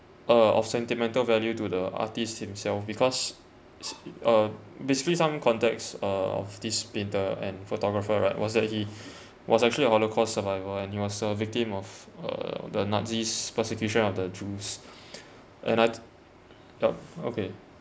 uh of sentimental value to the artist himself because it's uh basically some context uh of this painter and photographer right was that he was actually a holocaust survivor and he was a victim of uh the nazi's persecution of the jews and I'd ya okay